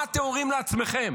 מה אתם אומרים לעצמכם?